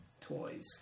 toys